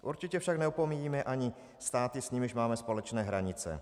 Určitě však neopomíjíme ani státy, s nimiž máme společné hranice.